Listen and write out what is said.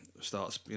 starts